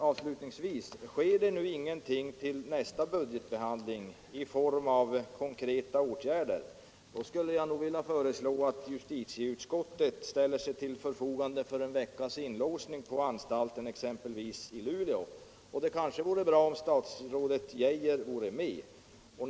Avslutningsvis: Sker det inte någonting till nästa budgetförhandling i form av konkreta åtgärder skulle jag vilja föreslå att justitieutskottet ställer sig till förfogande för en veckas inlåsning på t.ex. anstalten i Luleå. Det kanske vore bra om statsrådet Geijer också gjorde det.